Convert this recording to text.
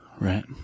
Right